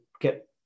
get